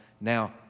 Now